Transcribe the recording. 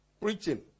preaching